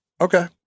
Okay